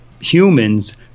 humans